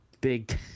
Big